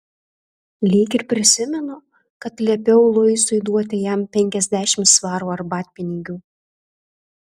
lyg ir prisimenu kad liepiau luisai duoti jam penkiasdešimt svarų arbatpinigių